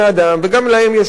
וגם להם יש חיים,